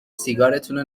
سیگارتونو